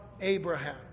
Abraham